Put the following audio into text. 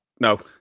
No